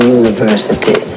university